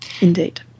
Indeed